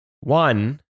one